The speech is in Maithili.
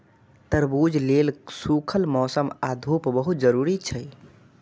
तरबूज लेल सूखल मौसम आ धूप बहुत जरूरी छै